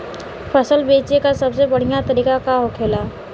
फसल बेचे का सबसे बढ़ियां तरीका का होखेला?